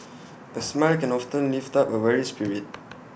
A smile can often lift up A weary spirit